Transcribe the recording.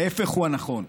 ההפך הוא הנכון.